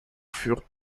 furent